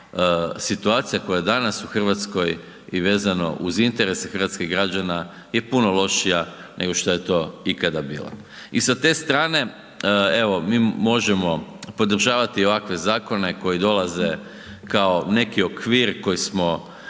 situacija koja je danas u RH i vezano uz interese hrvatskih građana, je puno lošija, nego što je to ikada bila. I sa te strane, evo, mi možemo podržavati ovakve zakone koji dolaze kao neki okvir koji smo